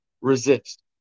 resist